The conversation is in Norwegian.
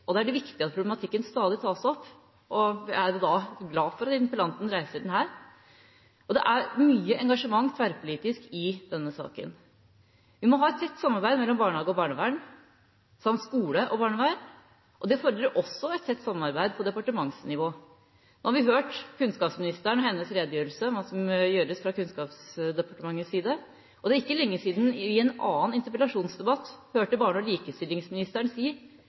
og da er det viktig at problematikken stadig tas opp – jeg er glad for at interpellanten reiser den her – og at det er mye engasjement tverrpolitisk i denne saken. Vi må ha et tett samarbeid mellom barnehage og barnevern, samt skole og barnevern. Det fordrer også et tett samarbeid på departementsnivå. Nå har vi hørt kunnskapsministeren og hennes redegjørelse om hva som gjøres fra Kunnskapsdepartementets side, og det er ikke lenge siden vi i en annen interpellasjonsdebatt hørte barne- og likestillingsministeren si: